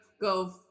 go